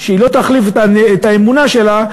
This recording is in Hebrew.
היא לא תחליף את האמונה שלה,